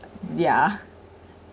ya